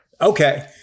Okay